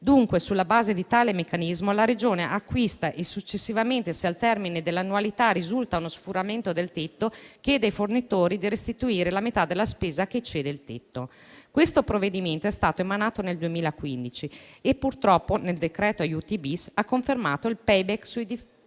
Dunque, sulla base di tale meccanismo, la Regione acquista e, successivamente, se al termine dell'annualità risulta lo sforamento del tetto, chiede ai fornitori di restituire la metà della spesa che eccede il tetto. Questo provvedimento è stato emanato nel 2015 e purtroppo il decreto-legge aiuti-*bis* ha confermato il *payback* sui dispositivi